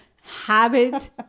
habit